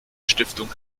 stiftung